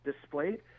displayed